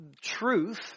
truth